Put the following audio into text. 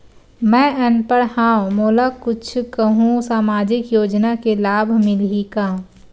मैं अनपढ़ हाव मोला कुछ कहूं सामाजिक योजना के लाभ मिलही का?